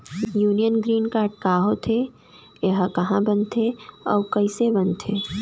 Union green card का होथे, एहा कहाँ बनथे अऊ कइसे बनथे?